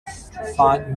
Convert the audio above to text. fought